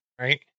right